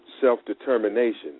self-determination